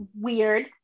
weird